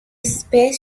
space